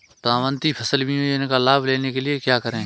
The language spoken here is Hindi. प्रधानमंत्री फसल बीमा योजना का लाभ लेने के लिए क्या करें?